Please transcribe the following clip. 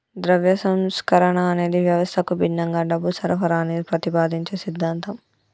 ద్రవ్య సంస్కరణ అనేది వ్యవస్థకు భిన్నంగా డబ్బు సరఫరాని ప్రతిపాదించే సిద్ధాంతం